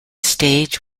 stage